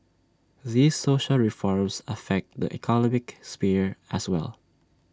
these social reforms affect the economic sphere as well